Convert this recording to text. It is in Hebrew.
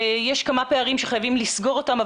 יש כמה פערים שחייבים לסגור אותם,